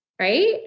Right